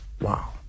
wow